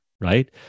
right